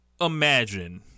Imagine